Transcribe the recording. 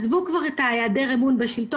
כלכלנים התנהגותיים ואנשים